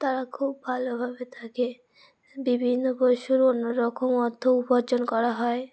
তারা খুব ভালোভাবে থাকে বিভিন্ন পশুর অন্যরকম অর্থ উপার্জন করা হয়